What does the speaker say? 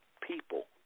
people